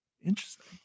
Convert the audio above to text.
Interesting